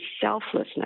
selflessness